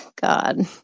god